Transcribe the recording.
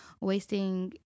wasting